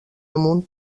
amunt